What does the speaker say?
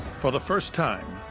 for the first time,